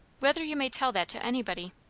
whether you may tell that to anybody.